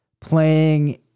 playing